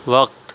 وقت